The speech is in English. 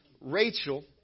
Rachel